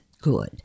Good